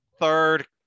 third